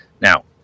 Now